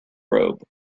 robe